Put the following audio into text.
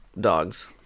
dogs